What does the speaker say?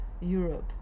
Europe